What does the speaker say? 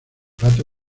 rato